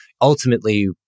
ultimately